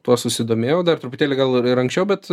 tuo susidomėjau dar truputėlį gal ir anksčiau bet